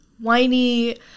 whiny